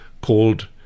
called